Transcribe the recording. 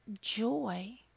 joy